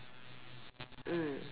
mm